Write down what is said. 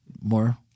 More